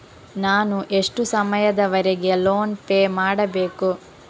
ನಾನು ಎಷ್ಟು ಸಮಯದವರೆಗೆ ಲೋನ್ ಪೇ ಮಾಡಬೇಕು?